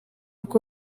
uko